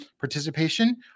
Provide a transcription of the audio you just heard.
participation